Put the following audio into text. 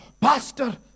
pastor